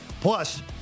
plus